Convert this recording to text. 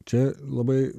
čia labai